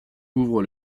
ouvre